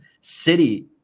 City